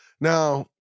Now